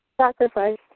Sacrifice